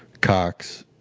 cox,